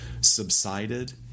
subsided